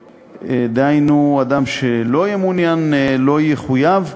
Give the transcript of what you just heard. דהיינו אדם שלא יהיה מעוניין לא יחויב,